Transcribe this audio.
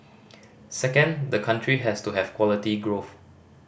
second the country has to have quality growth